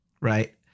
Right